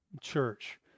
church